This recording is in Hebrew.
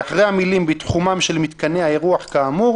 אחרי המילים "בתחומם של מתקני האירוח כאמור",